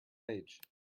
age